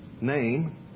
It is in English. name